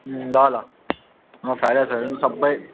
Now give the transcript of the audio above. ल ल म फ्राई राइसहरू पनि सबै